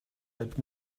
had